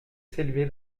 s’élever